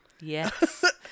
yes